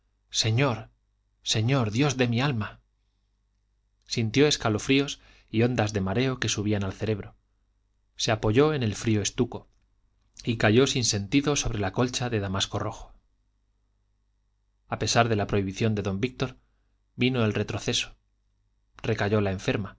señor señor dios de mi alma sintió escalofríos y ondas de mareo que subían al cerebro se apoyó en el frío estuco y cayó sin sentido sobre la colcha de damasco rojo a pesar de la prohibición de don víctor vino el retroceso recayó la enferma